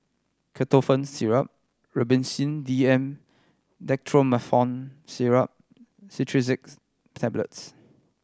Ketotifen Syrup Robitussin D M Dextromethorphan Syrup Tablets